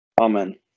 Amen